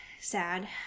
sad